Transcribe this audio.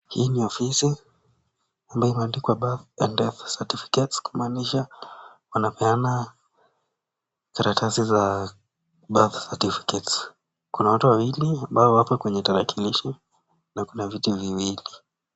Hii ni ofisi ambayo imeandikwa birth certificate kumaanisha wanapeana birth certificate . Kuna wtu wawili ambao wako kwenye tarakilishi na kuna viti viwili.